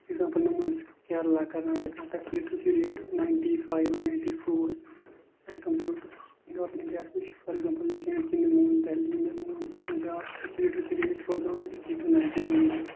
example نِمو أسۍ کیرلا کَرناٹکا تَتہِ چھِ literacy rate ninety five ninety four is compared to سُہ نارٕتھ اِنڈیاہَس نِش for example J and K نِمون دہلی نِمون پَنجاب ییٚتہِ چھِ لِٹریسی ریٹ روزان ایٹی ٹو ناینٹی زَن منٛز